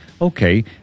okay